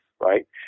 right